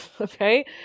Okay